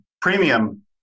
premium